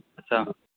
अच्छा